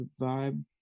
vibe